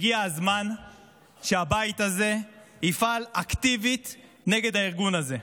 הגיע הזמן שהבית הזה יפעל אקטיבית נגד הארגון הזה.